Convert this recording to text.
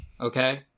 okay